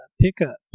pickup